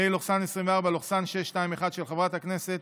פ/621/24, של חברת הכנסת